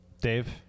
Dave